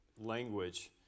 language